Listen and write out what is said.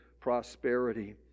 prosperity